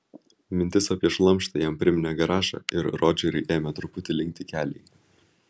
mintis apie šlamštą jam priminė garažą ir rodžeriui ėmė truputį linkti keliai